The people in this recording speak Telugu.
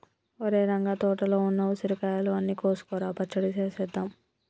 ఒరేయ్ రంగ తోటలో ఉన్న ఉసిరికాయలు అన్ని కోసుకురా పచ్చడి సేసేద్దాం